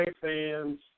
fans